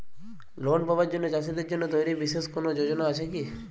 Loan পাবার জন্য চাষীদের জন্য তৈরি বিশেষ কোনো যোজনা আছে কি?